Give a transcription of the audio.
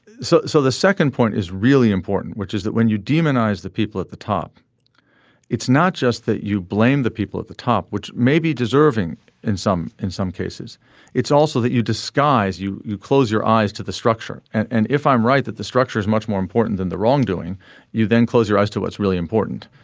so so the second point is really important which is that when you demonize the people at the top it's not just that you blame the people at the top which may be deserving in some in some cases it's also that you disguise you you close your eyes to the structure. and if i'm right that the structure is much more important than the wrongdoing you then close your eyes to what's really important.